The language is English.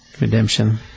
Redemption